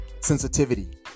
sensitivity